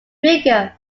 figure